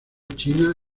china